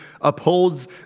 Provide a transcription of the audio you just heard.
upholds